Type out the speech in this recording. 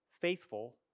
faithful